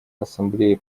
ассамблеи